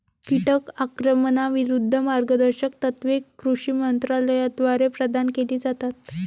कीटक आक्रमणाविरूद्ध मार्गदर्शक तत्त्वे कृषी मंत्रालयाद्वारे प्रदान केली जातात